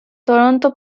toronto